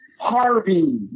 Harvey